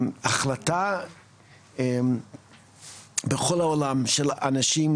החלטה בכל העולם, של אנשים